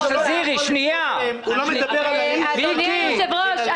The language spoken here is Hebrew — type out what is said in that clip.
------ אדוני היושב-ראש,